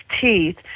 teeth